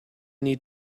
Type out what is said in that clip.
need